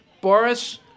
Boris